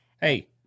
Hey